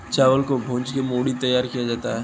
चावल को भूंज कर मूढ़ी तैयार किया जाता है